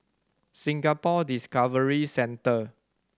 Singapore Discovery Centre